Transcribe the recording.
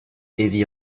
heavy